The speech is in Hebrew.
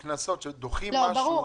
ברור,